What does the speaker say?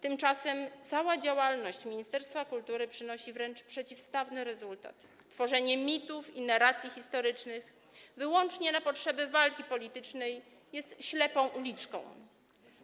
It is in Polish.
Tymczasem cała działalność ministerstwa kultury przynosi wręcz przeciwstawny rezultat - tworzenie mitów i narracji historycznych wyłącznie na potrzeby walki politycznej jest ślepą uliczką.